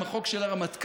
עם החוק של הרמטכ"ל,